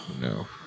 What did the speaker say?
No